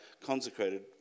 consecrated